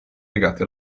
legati